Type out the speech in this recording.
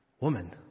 woman